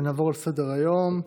נעבור לסדר-היום.